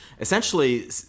essentially